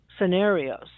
scenarios